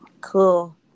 Cool